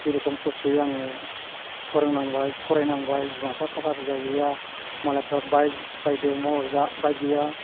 जेरखम खस्थ'यै आङो फोरोंनांबाय फरायनांबाय बिमा बिफा थाखा फैसा गैया मालायफ्रा बाइक बायदों जोंहा बाइक गैया